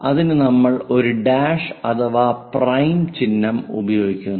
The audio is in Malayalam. അതിനു നമ്മൾ ഒരു ഡാഷ് അഥവാ പ്രൈം ചിഹ്നം ഉപയോഗിക്കുന്നു